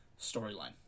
storyline